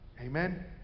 Amen